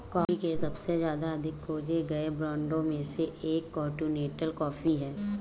coffee के सबसे अधिक खोजे गए ब्रांडों में से एक कॉन्टिनेंटल कॉफ़ी है